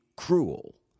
cruel